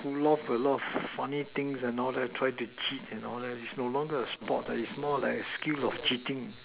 pull off a lot funny things and all that try to cheat and all that is no longer a sport eh is more like a skill of cheating